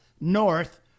north